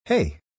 Hey